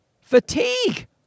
fatigue